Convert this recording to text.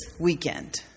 weekend